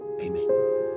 amen